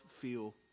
feel